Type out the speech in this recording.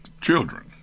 children